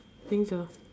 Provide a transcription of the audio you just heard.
think so